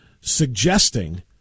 suggesting